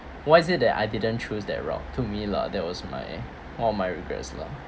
why is it that I didn't choose that route to me lah that was my one of my regrets lah